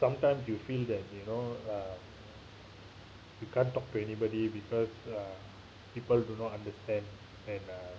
sometimes you feel that you know uh you can't talk to anybody because uh people do not understand and uh